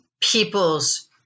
people's